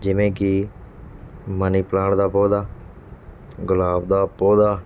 ਜਿਵੇਂ ਕਿ money plant ਦਾ ਪੌਦਾ ਗੁਲਾਬ ਦਾ ਪੌਦਾ